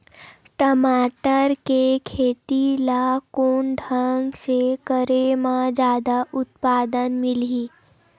टमाटर के खेती ला कोन ढंग से करे म जादा उत्पादन मिलही?